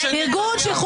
אם הסייבר מבקש,